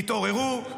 תתעוררו,